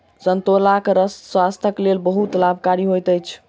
संतोलाक रस स्वास्थ्यक लेल बहुत लाभकारी होइत अछि